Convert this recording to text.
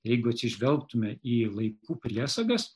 jeigu atsižvelgtume į laikų priesagas